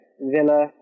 Villa